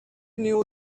knew